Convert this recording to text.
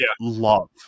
love